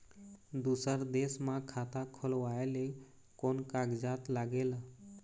दूसर देश मा खाता खोलवाए ले कोन कागजात लागेल?